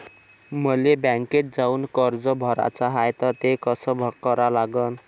मले बँकेत जाऊन कर्ज भराच हाय त ते कस करा लागन?